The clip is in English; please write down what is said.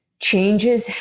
changes